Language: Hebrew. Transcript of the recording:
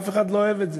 אף אחד לא אוהב את זה.